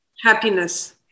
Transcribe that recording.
happiness